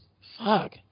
Fuck